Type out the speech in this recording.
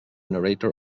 narrator